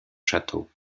château